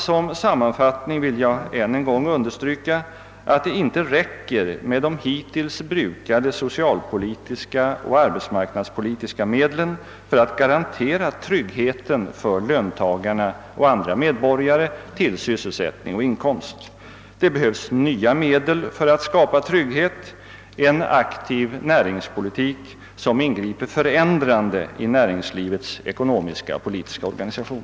Som sammanfattning vill jag än en gång understryka att det inte räcker med de hittills brukade socialpolitiska och arbetsmarknadspolitiska medlen för att garantera löntagarnas och andra medborgares trygghet till sysselsättning och inkomst. Det behövs nya medel för att skapa trygghet — en aktiv näringspolitik som ingriper förändrande i näringslivets ekonomiska och politiska organisation.